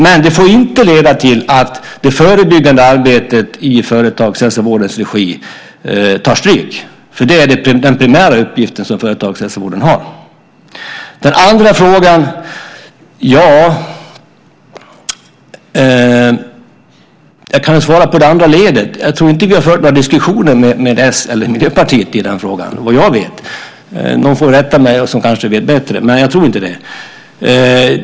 Men det får inte leda till att det förebyggande arbetet i företagshälsovårdens regi tar stryk. Det är den primära uppgift som företagshälsovården har. När det gäller den andra frågan kan jag svara angående det andra ledet. Jag tror inte vi har fört diskussionen med s eller Miljöpartiet. Den som vet bättre får rätta mig.